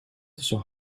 tussen